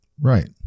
right